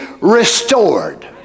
restored